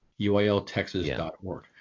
UILtexas.org